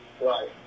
Right